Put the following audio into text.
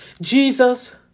Jesus